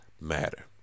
matter